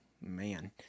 man